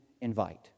invite